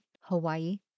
Hawaii